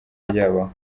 ryabaho